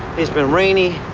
it's been raining,